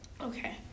Okay